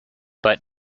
but